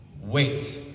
Wait